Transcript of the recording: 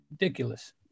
ridiculous